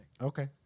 Okay